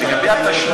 אם לא יכול,